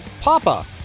papa